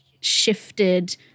shifted